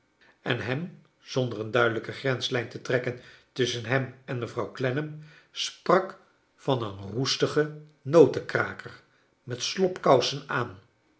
en hem zonder een duidelijke grenslrjn te trekken tusschen hem en mevrouw clennam sprak van een roestigen notenkraker met slobkousen aan